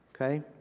Okay